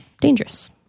dangerous